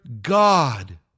God